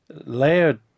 Layered